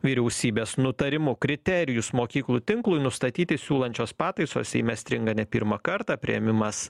vyriausybės nutarimu kriterijus mokyklų tinklui nustatyti siūlančios pataisos seime stringa ne pirmą kartą priėmimas